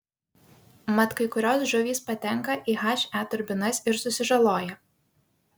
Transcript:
mat kai kurios žuvys patenka į he turbinas ir susižaloja